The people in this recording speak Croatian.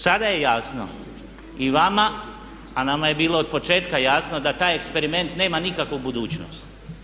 Sada je jasno i vama a nama je bilo od početka jasno da taj eksperiment nema nikakvu budućnost.